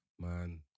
man